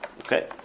Okay